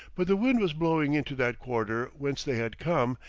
but the wind was blowing into that quarter whence they had come,